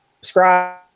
subscribe